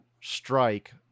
strike